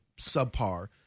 subpar